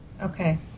Okay